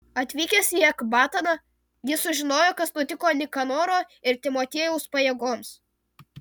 atvykęs į ekbataną jis sužinojo kas nutiko nikanoro ir timotiejaus pajėgoms